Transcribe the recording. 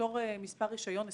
בתור מספר רישיון 20531,